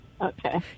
Okay